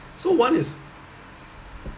so what is